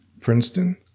Princeton